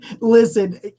Listen